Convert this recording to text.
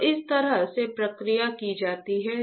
तो इस तरह से प्रक्रिया की जाती है